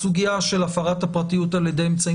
הסוגיה של הפרת הפרטיות על ידי אמצעים